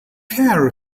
care